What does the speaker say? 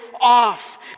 off